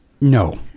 no